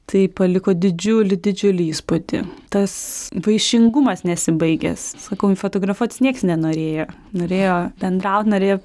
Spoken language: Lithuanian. tai paliko didžiulį didžiulį įspūdį tas vaišingumas nesibaigęs sakau fotografuotis nieks nenorėjo norėjo bendraut norėjo